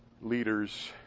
leaders